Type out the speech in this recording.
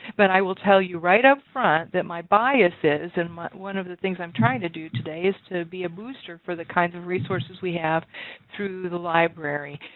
but i will tell you right up front that my bias is and and but one of the things i'm trying to do today is to be a booster for the kinds of resources we have through the library,